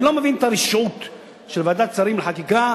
אני לא מבין את הרשעות של ועדת השרים לחקיקה,